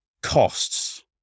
costs